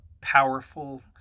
powerful